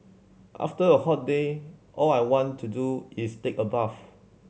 after a hot day all I want to do is take a bath